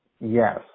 yes